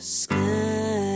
sky